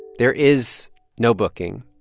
there is no booking.